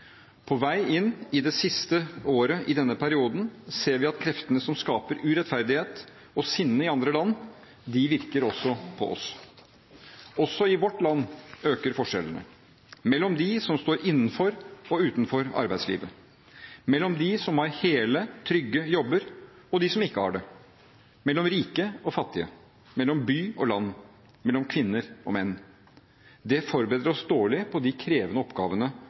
På vei inn i det siste året i denne perioden ser vi at kreftene som skaper urettferdighet og sinne i andre land, virker også på oss. Også i vårt land øker forskjellene: mellom dem som står innenfor, og dem som står utenfor arbeidslivet mellom dem som har hele, trygge jobber, og dem som ikke har det mellom rike og fattige mellom by og land mellom kvinner og menn Det forbereder oss dårlig på de krevende oppgavene